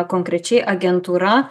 konkrečiai agentūra